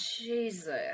Jesus